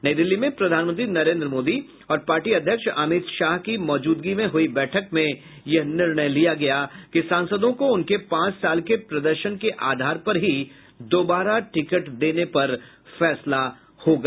नई दिल्ली में प्रधानमंत्री नरेंद्र मोदी और पार्टी अध्यक्ष अमित साह की मौजूदगी में हुयी बैठक मे यह निर्णय लिया गया कि सांसदों को उनके पांच साल के प्रदर्शन के आधार पर ही दोबारा टिकट देने फैसला होगा